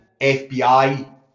fbi